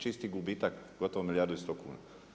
Čisti gubitak gotovo milijardu i 100 kuna.